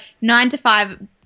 nine-to-five